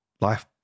life